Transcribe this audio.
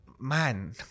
man